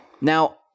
Now